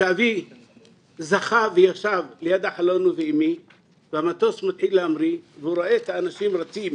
כשאבי זכה וישב ליד החלון והמטוס מתחיל להמריא הוא רואה את האנשים רצים,